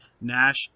Nash